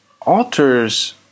alters